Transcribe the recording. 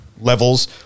levels